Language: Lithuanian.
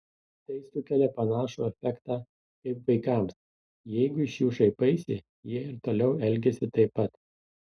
tai sukelia panašų efektą kaip vaikams jeigu iš jų šaipaisi jie ir toliau elgiasi taip pat